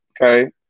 Okay